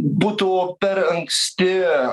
būtų per anksti